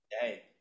Hey